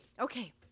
Okay